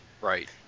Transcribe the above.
Right